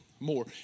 More